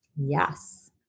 Yes